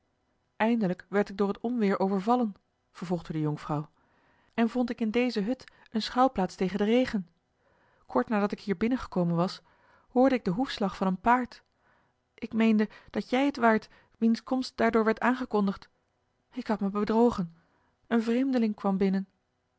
eindelijk werd ik door het onweer overvallen vervolgde de jonkvrouw en vond ik in deze hut eene schuilplaats tegen den regen kort nadat ik hier binnengekomen was hoorde ik den hoefslag van een paard ik meende dat jij het waart wiens komst daardoor werd aangekondigd ik had mij bedrogen een vreemdeling kwam binnen